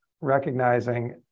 recognizing